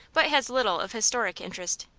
but has little of historic interest.